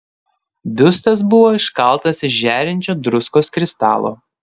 biustas buvo iškaltas iš žėrinčio druskos kristalo